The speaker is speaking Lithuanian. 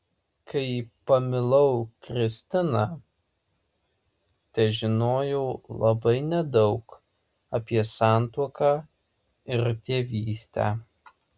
kai pamilau kristiną težinojau labai nedaug apie santuoką ir tėvystę